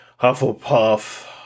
Hufflepuff